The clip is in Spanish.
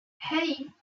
hey